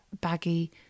baggy